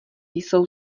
jsou